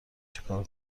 چیکار